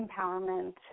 empowerment